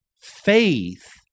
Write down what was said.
Faith